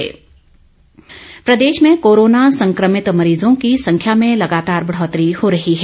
Covid update प्रदेश में corona संक्रमित मरीजों की संख्या में लगातार बढ़ोतरी हो रही है